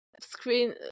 screen